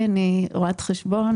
רואת חשבון,